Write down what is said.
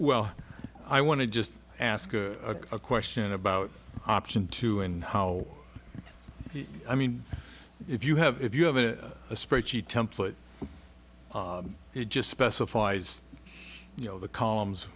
well i want to just ask a question about option two and how i mean if you have if you have a spreadsheet template it just specifies you know the columns